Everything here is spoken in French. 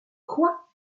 quoi